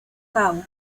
cabo